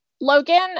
Logan